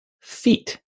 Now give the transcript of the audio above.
feet